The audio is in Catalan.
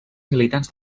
militants